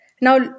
Now